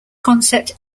concept